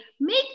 make